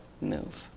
move